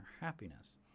happiness